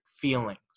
feelings